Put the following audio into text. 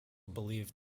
believed